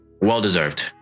well-deserved